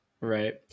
right